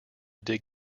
dig